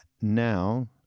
now